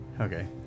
Okay